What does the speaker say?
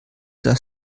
das